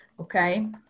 Okay